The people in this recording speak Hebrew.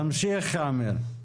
תמשיך עמיר.